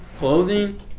clothing